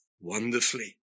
wonderfully